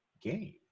game